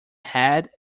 head